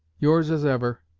yours as ever,